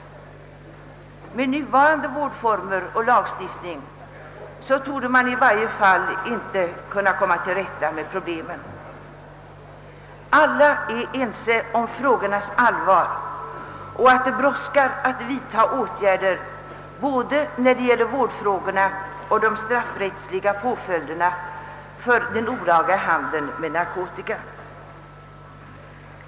Med nuvarande vårdformer och lagstiftning torde man i varje fall inte kunna komma till rätta med problemen. Alla är ense om frågornas allvar och om att det brådskar att vidta åtgärder beträffande både vårdfrågorna och de straffrättsliga påföljderna för den olaga handeln med narkotika.